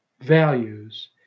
values